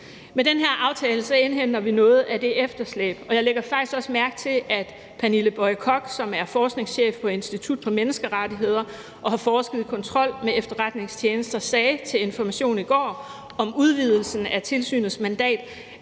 Med den her aftale indhenter vi noget af det efterslæb, og jeg lægger faktisk også mærke til, at Pernille Boye Koch, som er forskningschef på Institut for Menneskerettigheder og har forsket i kontrol med efterretningstjenester, i går sagde til Information om udvidelsen af tilsynets mandat,